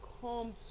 come